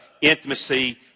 intimacy